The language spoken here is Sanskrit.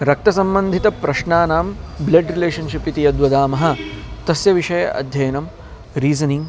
रक्तसम्बन्धितप्रश्नानां ब्लढ् रिलेशन्शिप् इति यद्वदामः तस्य विषये अध्ययनं रीसनिङ्ग्